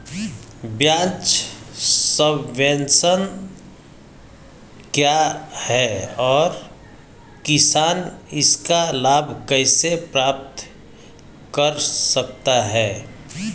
ब्याज सबवेंशन क्या है और किसान इसका लाभ कैसे प्राप्त कर सकता है?